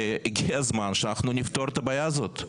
והגיע הזמן שנפתור את הבעיה הזאת,